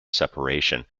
separation